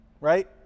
right